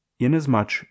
inasmuch